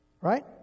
Right